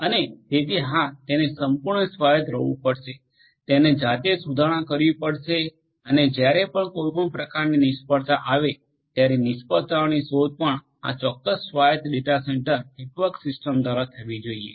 અને તેથી હા તેને સંપૂર્ણ સ્વાયત્ત રહેવું પડશે તેને જાતે જ સુધારણા કરવી પડશે અને જ્યારે પણ કોઈ પ્રકારની નિષ્ફળતા આવે ત્યારે નિષ્ફળતાની શોધ પણ આ ચોક્કસ સ્વાયત્ત ડેટા સેન્ટર નેટવર્ક સિસ્ટમ દ્વારા થવી જોઈએ